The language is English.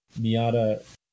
Miata